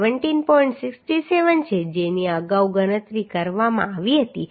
67 છે જેની અગાઉ ગણતરી કરવામાં આવી હતી